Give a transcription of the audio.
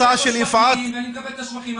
ואני מקבל את השבחים,